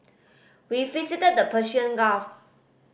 we visited the Persian Gulf